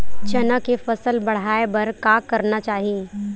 चना के फसल बढ़ाय बर का करना चाही?